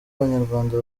abanyarwanda